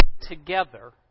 together